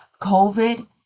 COVID